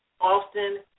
often